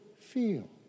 feel